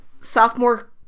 sophomore